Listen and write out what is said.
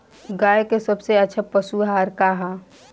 गाय के सबसे अच्छा पशु आहार का ह?